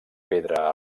pedra